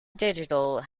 digital